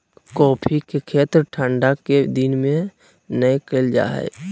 coffee के खेती ठंढा के दिन में नै कइल जा हइ